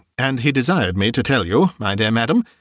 and he desired me to tell you, my dear madam,